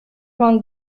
vingt